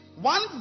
One